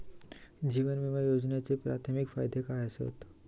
जीवन विमा योजनेचे प्राथमिक फायदे काय आसत?